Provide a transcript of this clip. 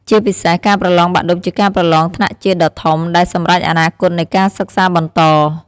ជាពិសេស ការប្រឡងបាក់ឌុបជាការប្រឡងថ្នាក់ជាតិដ៏ធំ ដែលសម្រេចអនាគតនៃការសិក្សាបន្ត។